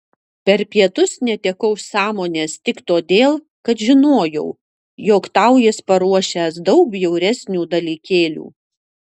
per pietus netekau sąmonės tik todėl kad žinojau jog tau jis paruošęs daug bjauresnių dalykėlių